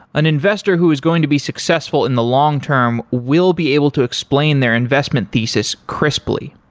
an investor who is going to be successful in the long term will be able to explain their investment thesis crisply.